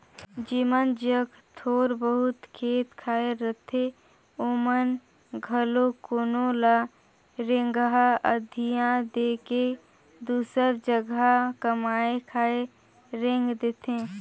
जेमन जग थोर बहुत खेत खाएर रहथे ओमन घलो कोनो ल रेगहा अधिया दे के दूसर जगहा कमाए खाए रेंग देथे